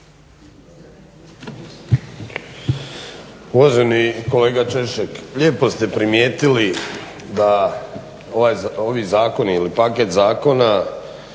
Uvaženi kolega Češek, lijepo ste primijetili da ovi zakoni ili paket zakona